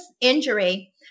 injury